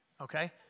okay